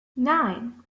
nine